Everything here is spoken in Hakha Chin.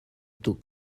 tuk